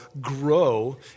grow